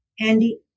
Andy